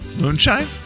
moonshine